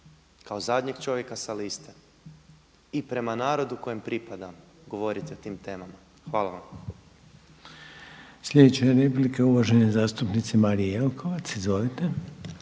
kao zadnjeg čovjeka sa liste i prema narodu kojem pripadam govoriti o tim temama. Hvala vam. **Reiner, Željko (HDZ)** Sljedeća je replika uvažene zastupnice Marije Jelkovac, izvolite.